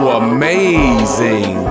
amazing